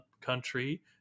country